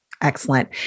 Excellent